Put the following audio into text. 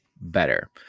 better